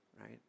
right